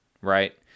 right